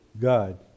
God